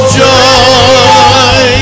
joy